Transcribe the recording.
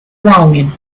wanted